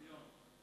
מיליון.